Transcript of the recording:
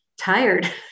tired